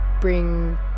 bring